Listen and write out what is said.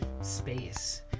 space